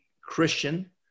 Christian